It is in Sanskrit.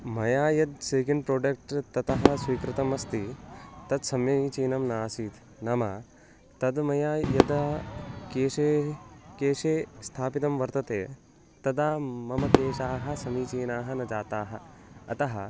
मया यत् सेकेण्ड् प्राडक्ट् ततः स्वीकृतमस्ति तत् समीचीनं नासीत् नाम तद् मया यदा केशे केशे स्थापितं वर्तते तदा मम केशाः समीचीनाः न जाताः अतः